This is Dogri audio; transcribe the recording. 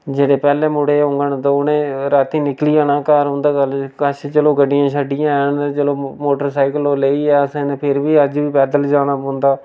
जेह्ड़े पैह्लें मुड़े होङन तो उ'नें रातीं निकली जाना घर उं'दे कल कश चलो गड्डियां शड्डियां हैन ते चलो मोटरसैकल ओह् लेइयै असें ते फिर बी अज्ज बी पैद्दल जाना पौंदा